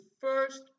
first